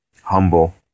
humble